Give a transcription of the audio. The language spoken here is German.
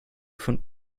von